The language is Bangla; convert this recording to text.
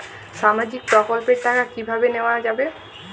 সামাজিক প্রকল্পের টাকা কিভাবে নেওয়া যাবে?